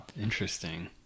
Interesting